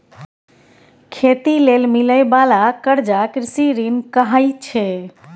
खेती लेल मिलइ बाला कर्जा कृषि ऋण कहाइ छै